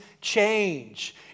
change